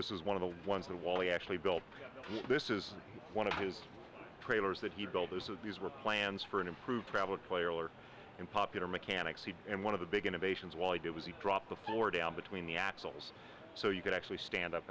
this is one of the ones that wally actually built this is one of his trailers that he builders of these were plans for an improved travel player and popular mechanics he did and one of the beginning patients while i did was he dropped the floor down between the axles so you could actually stand up